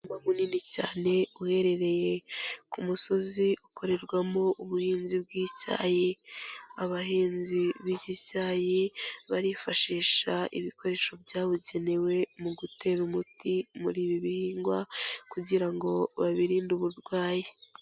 Umurima munini cyane uherereye ku musozi ukorerwamo ubuhinzi bw'icyayi, abahinzi b'iki cyayi barifashisha ibikoresho byabugenewe mu gutera umuti muri ibi bihingwa, kugira ngo babirinde uburwayi.